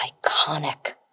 iconic